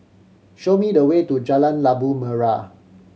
show me the way to Jalan Labu Merah